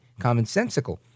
commonsensical